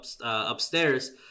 upstairs